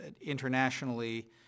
internationally